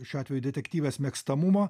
šiuo atveju detektyvės mėgstamumo